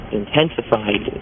intensified